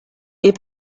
est